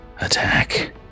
attack